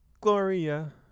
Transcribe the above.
Gloria